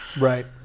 Right